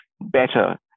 better